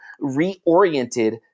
reoriented